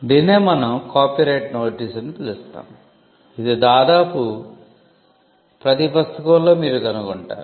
దీన్నే మనం copyright notice అని పిలుస్తాము ఇది దాదాపు ప్రతి పుస్తకంలో మీరు కనుగొంటారు